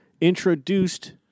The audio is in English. introduced